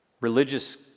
religious